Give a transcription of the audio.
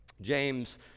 James